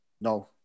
no